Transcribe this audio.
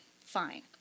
fine